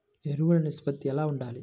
ఎరువులు నిష్పత్తి ఎలా ఉండాలి?